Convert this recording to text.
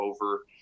over